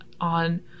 on